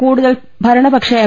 കൂടുതൽ ഭരണ പക്ഷ എം